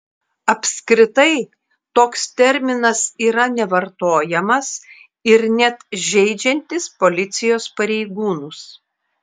apskritai toks terminas yra nevartojamas ir net žeidžiantis policijos pareigūnus